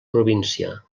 província